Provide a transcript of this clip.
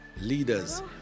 leaders